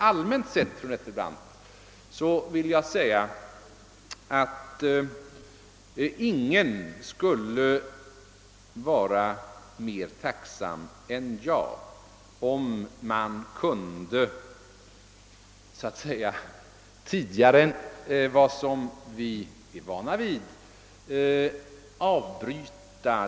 Allmänt sett vill jag säga att ingen skulle vara mer tacksam än jag om man, tidigare än vad vi är vana vid kunde avbryta.